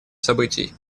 событий